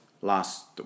last